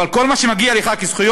אבל בכל מה שמגיע לך כזכויות,